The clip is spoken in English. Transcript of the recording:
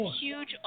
huge